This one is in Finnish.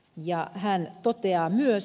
ja hän toteaa myös